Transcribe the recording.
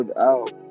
out